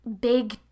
big